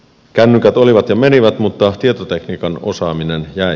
kännykät olivat ja menivät mutta tietotekniikan osaaminen jäi